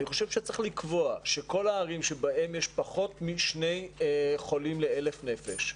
אני חושב שצריך לקבוע שכל הערים שבהן יש פחות משני חולים ל-1,000 נפש,